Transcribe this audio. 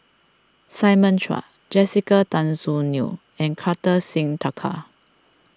Simon Chua Jessica Tan Soon Neo and Kartar Singh Thakral